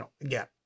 Again